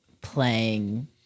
playing